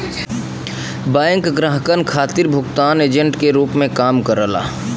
bank ग्राहकन खातिर भुगतान एजेंट के रूप में काम करला